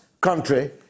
country